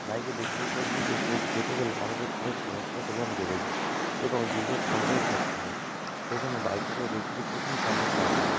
বাইকে বেশি দূর পর্যন্ত যেতে গেলে আমাদের খরচ অনেকটাই পরিমাণ বেড়ে যায় এবং দীর্ঘ সময়ও খরচা হয় সেই জন্য বাইকে করে বেশি দূর পর্যন্ত আমার যাওয়া হয়নি